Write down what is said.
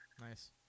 Nice